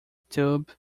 tube